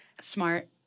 Smart